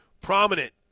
prominent